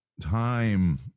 time